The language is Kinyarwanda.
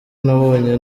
nabonye